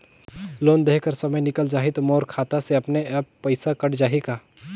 Loan देहे कर समय निकल जाही तो मोर खाता से अपने एप्प पइसा कट जाही का?